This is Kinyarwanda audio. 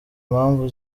mpamvu